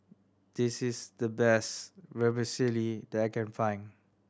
this is the best Vermicelli that I can find